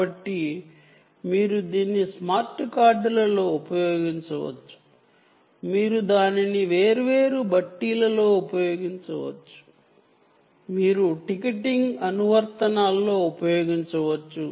కాబట్టి మీరు దీన్ని స్మార్ట్ కార్డులలో ఉపయోగించవచ్చు మీరు దానిని వేర్వేరు కియోస్క్ లో ఉపయోగించవచ్చు మీరు టికెటింగ్ అప్లికేషన్స్ లో ఉపయోగించవచ్చు